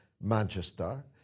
Manchester